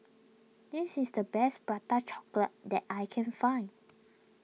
this is the best Prata Chocolate that I can find